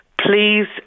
Please